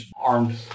armed